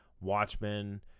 Watchmen